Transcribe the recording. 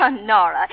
Nora